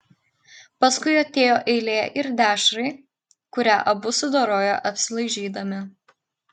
paskui atėjo eilė ir dešrai kurią abu sudorojo apsilaižydami